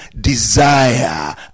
desire